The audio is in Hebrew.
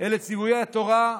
אלה ציוויי התורה.